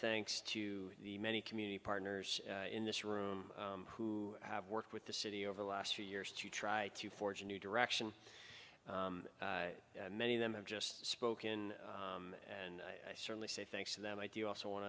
thanks to the many community partners in this room who have worked with the city over the last few years to try to forge a new direction many of them have just spoken and i certainly say thanks to them i do also want